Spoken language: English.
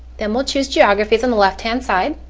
then we'll choose geographies on the left hand side.